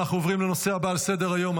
אנחנו עוברים לנושא הבא על סדר-היום,